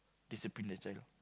discipline the child